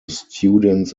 students